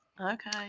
Okay